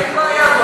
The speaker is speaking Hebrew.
אין בעיה,